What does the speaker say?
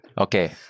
Okay